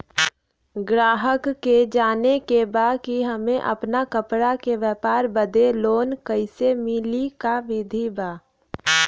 गराहक के जाने के बा कि हमे अपना कपड़ा के व्यापार बदे लोन कैसे मिली का विधि बा?